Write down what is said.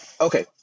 Okay